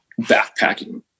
backpacking